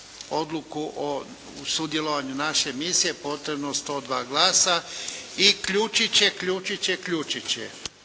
odluku o sudjelovanju naše misije potrebno 102 glasa i ključiće, ključiće, ključiće.